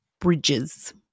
bridges